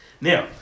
Now